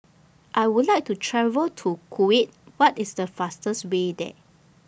I Would like to travel to Kuwait What IS The fastest Way There